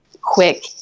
quick